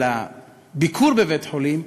אבל בביקור בבית-חולים,